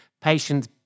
patients